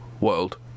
world